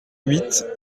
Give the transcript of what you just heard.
huit